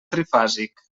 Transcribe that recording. trifàsic